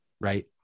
Right